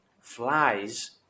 flies